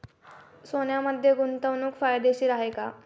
सोन्यामध्ये गुंतवणूक फायदेशीर आहे का?